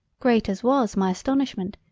great as was my astonishment,